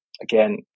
again